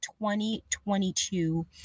2022